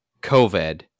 COVID